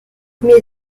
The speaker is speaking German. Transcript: mir